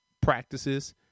practices